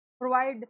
provide